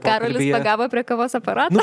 karolis pagavo prie kavos aparato